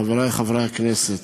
חברי חברי הכנסת,